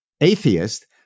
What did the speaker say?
atheist